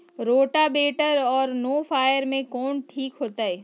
Rotavator और नौ फ़ार में कौन ठीक होतै?